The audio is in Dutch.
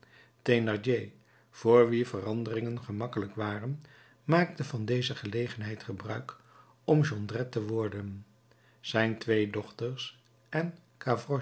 voor wien veranderingen gemakkelijk waren maakte van deze gelegenheid gebruik om jondrette te worden zijn twee dochters en